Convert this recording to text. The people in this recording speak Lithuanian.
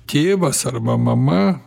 tėvas arba mama